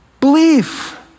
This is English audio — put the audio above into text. Belief